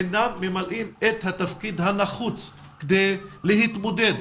אינם ממלאים את התפקיד הנחוץ כדי להתמודד